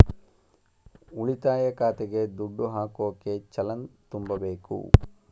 ಉಳಿತಾಯ ಖಾತೆಗೆ ದುಡ್ಡು ಹಾಕೋಕೆ ಚಲನ್ ತುಂಬಬೇಕು